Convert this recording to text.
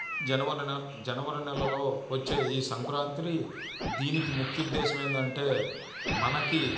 జనవరి జనవరి నెలలో వచ్చే ఈ సంక్రాంతి దీనికి ముఖ్యోద్దేశం ఏందంటే మనకి